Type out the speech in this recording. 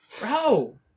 bro